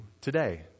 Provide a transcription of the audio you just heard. today